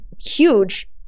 huge